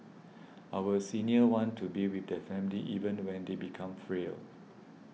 our seniors want to be with their family even when they become frail